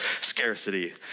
scarcity